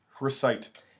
recite